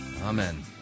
Amen